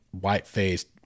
white-faced